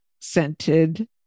scented